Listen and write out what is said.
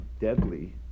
deadly